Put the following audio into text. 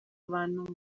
abantu